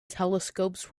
telescopes